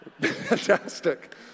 fantastic